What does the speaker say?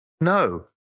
No